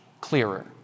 clearer